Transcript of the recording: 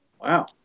Wow